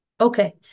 Okay